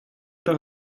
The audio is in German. oder